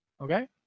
okay